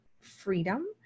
freedom